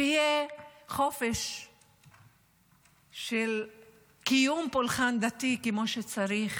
שיהיה חופש של קיום פולחן דתי כמו שצריך,